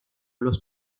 los